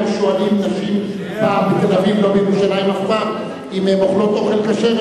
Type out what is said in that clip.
אם היו שואלים נשים בתל-אביב ולא בירושלים אם הן אוכלות אוכל כשר,